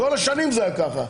כל השנים זה היה ככה.